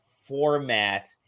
format